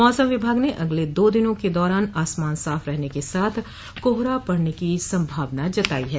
मौसम विभाग ने अगले दो दिनों के दौरान आसमान साफ रहने के साथ कोहरा पड़ने की संभावना जताई है